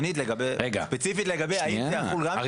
שנית, ספציפית לגבי האם זה יחול --- רגע.